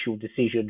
decision